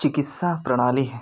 चिकित्सा प्रणाली है